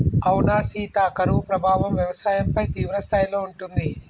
అవునా సీత కరువు ప్రభావం వ్యవసాయంపై తీవ్రస్థాయిలో ఉంటుంది